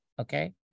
Okay